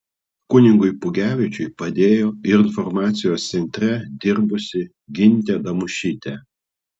kunigui pugevičiui padėjo ir informacijos centre dirbusi gintė damušytė